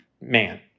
man